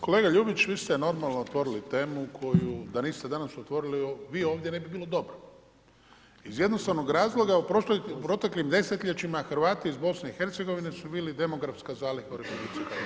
Kolega Ljubić vi ste normalno otvorili temu koju da niste danas otvorili vi ovdje ne bi bilo dobro iz jednostavnog razloga u proteklim desetljećima Hrvati iz BiH-a su bili demografska zaliha u RH.